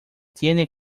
tiene